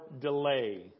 delay